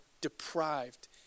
deprived